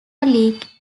leak